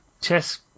chess